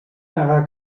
negar